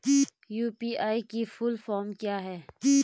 UPI की full form क्या है?